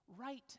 right